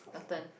your turn